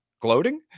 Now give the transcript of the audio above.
gloating